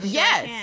yes